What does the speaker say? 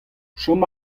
chom